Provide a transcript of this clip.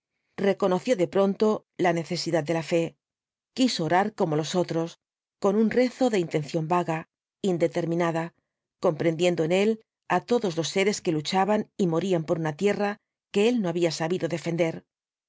reconoció de pronto la necesidad de la fe quiso orar como los otros con un rezo de intención vaga indeterminada comprendiendo en él á todos los seres que luchaban y morían por una tierra que él no había sabido defender